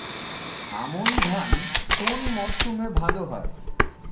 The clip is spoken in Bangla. আমন ধান কোন মরশুমে ভাল হয়?